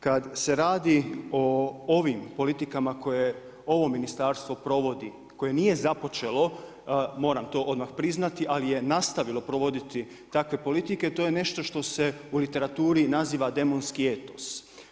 Kada se radi o ovim politikama koje ovo Ministarstvo provodi koje nije započelo, moram to odmah priznati, ali je nastavilo provoditi takve politike, to je nešto što se u literaturi naziva demonski etos.